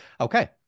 okay